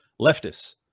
leftists